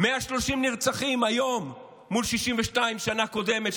130 נרצחים היום מול 62 בשנה הקודמת,